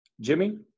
Jimmy